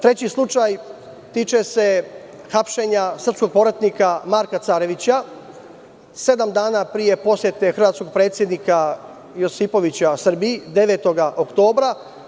Treći slučaj tiče se hapšenja srpskog povratnika Marka Carevića, sedam dana prije posete hrvatskog predsednika Josipovića Srbiji, 9. oktobra.